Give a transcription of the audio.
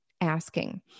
asking